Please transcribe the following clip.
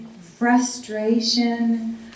frustration